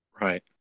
Right